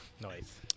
Nice